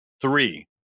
Three